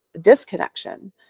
disconnection